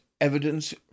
evidence